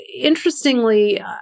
interestingly